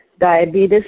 diabetes